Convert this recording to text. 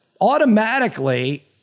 automatically